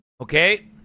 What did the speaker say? Okay